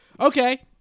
Okay